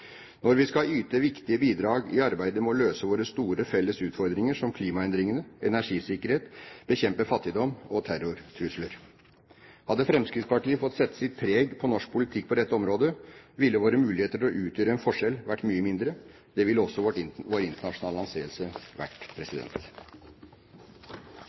Vi skal yte viktige bidrag i arbeidet med å løse våre store, felles utfordringer, som klimaendringer, energisikkerhet, fattigdom og terrortrusler. Hadde Fremskrittspartiet fått sette sitt preg på norsk politikk på dette området, ville våre muligheter til å utgjøre en forskjell vært mye mindre. Det ville også vår internasjonale anseelse vært.